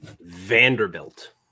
Vanderbilt